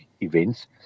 events